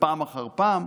ופעם אחר פעם.